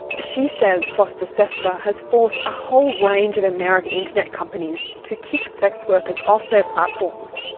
she says fosta-sesta has forced a whole range of american internet companies to kick sex workers off their platforms,